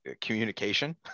communication